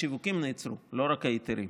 השיווקים נעצרו, לא רק ההיתרים.